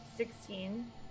Sixteen